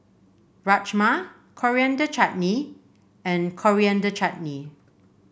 Rajma Coriander Chutney and Coriander Chutney